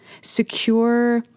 secure